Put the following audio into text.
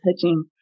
touching